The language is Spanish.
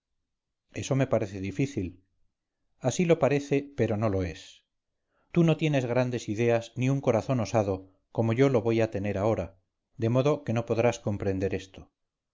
eso me parece difícil así lo parece pero no lo es tú no tienes grandes ideas ni un corazón osado como yo lo voy a tener ahora de modo que no podrás comprender esto